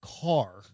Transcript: car